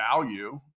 value